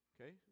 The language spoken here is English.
okay